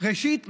ראשית,